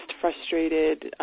frustrated